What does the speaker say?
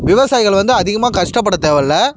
விவசாயிகள் வந்து அதிகமாக கஷ்டப்பட தேவையில்ல